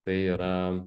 tai yra